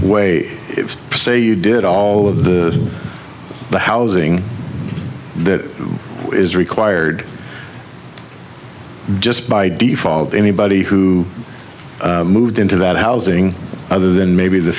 way say you did all of the housing that is required just by default anybody who moved into that housing other than maybe the